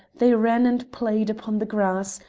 they ran and played upon the grass,